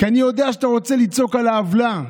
כי אני יודע שאתה רוצה לצעוק על העוולה.